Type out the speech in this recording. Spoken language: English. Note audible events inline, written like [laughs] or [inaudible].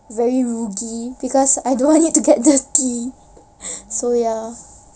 very rugi because I don't want it to get dirty [laughs] so ya